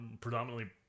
predominantly